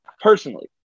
Personally